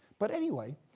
but anyway,